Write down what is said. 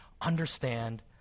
understand